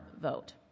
vote